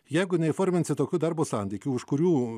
jeigu neįforminsi tokių darbo santykių už kurių